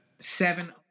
Seven